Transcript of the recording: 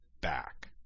back